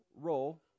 role